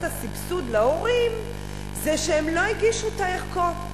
הסבסוד להורים זה שהם לא הגישו את הערכות.